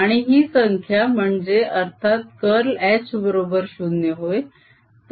आणि ही संख्या म्हणजे अर्थात कर्ल H बरोबर 0 होय